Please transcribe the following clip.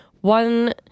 one